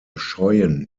scheuen